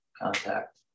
contact